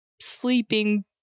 sleeping